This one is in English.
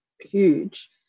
huge